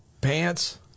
pants